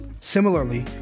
Similarly